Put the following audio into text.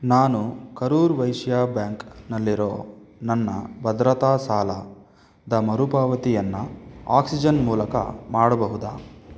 ನಾನು ಕರೂರ್ ವೈಶ್ಯ ಬ್ಯಾಂಕ್ನಲ್ಲಿರೋ ನನ್ನ ಭದ್ರತಾ ಸಾಲದ ಮರುಪಾವತಿಯನ್ನು ಆಕ್ಸಿಜನ್ ಮೂಲಕ ಮಾಡಬಹುದಾ